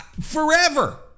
forever